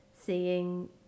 seeing